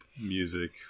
music